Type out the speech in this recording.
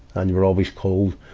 and you were always cold.